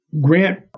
Grant